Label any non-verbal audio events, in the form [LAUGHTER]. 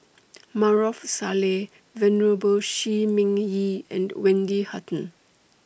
[NOISE] Maarof Salleh Venerable Shi Ming Yi and Wendy Hutton